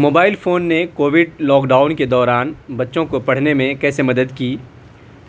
mobile phone نے Covid lockdown کے دوران بچوں کو پڑھنے میں کیسے مدد کی